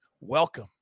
welcome